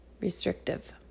restrictive